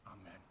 amen